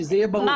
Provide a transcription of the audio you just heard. שיהיה ברור.